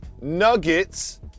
Nuggets